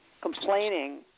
complaining